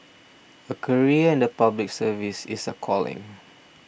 a career in the Public Service is a calling